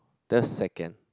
the second